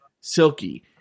Silky